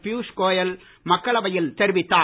பியூஸ் கோயல் மக்களவையில் தெரிவித்தார்